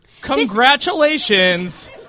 Congratulations